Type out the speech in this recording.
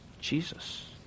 Jesus